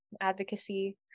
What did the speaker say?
advocacy